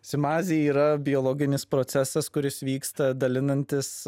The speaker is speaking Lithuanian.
zimazė yra biologinis procesas kuris vyksta dalinantis